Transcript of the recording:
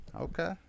okay